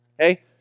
Okay